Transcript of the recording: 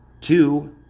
Two